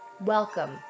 Welcome